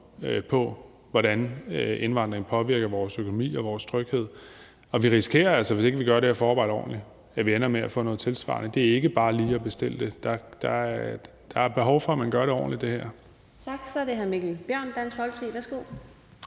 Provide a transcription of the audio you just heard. på, hvordan indvandringen påvirker vores økonomi og vores tryghed. Og vi risikerer altså, hvis vi ikke gør det her forarbejde ordentligt, at få noget tilsvarende. Det er ikke bare lige at bestille det. Der er behov for, at man gør det her ordentligt. Kl. 14:37 Fjerde næstformand (Karina Adsbøl): Tak, så er det hr. Mikkel Bjørn, Dansk Folkeparti. Værsgo.